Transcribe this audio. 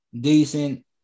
decent